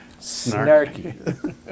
snarky